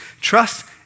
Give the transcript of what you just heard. Trust